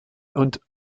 und